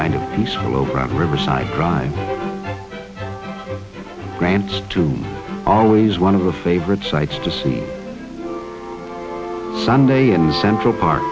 kind of peaceful over riverside drive grants to always one of the favorite sites to see sunday in central park